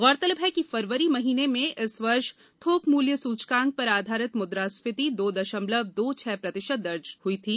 गौरतलब है कि फरवरी महीने में इस वर्ष थोक मूल्य् सूचकांक पर आधारित मुद्रास्फीति दो दशमलव दो छह प्रतिशत दर्ज हुई थी